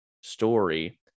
story